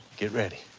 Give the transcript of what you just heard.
get ready.